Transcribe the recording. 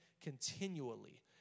continually